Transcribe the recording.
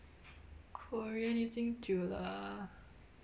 korean 已经久了